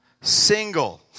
single